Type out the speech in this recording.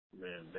Man